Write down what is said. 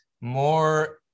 more